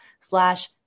slash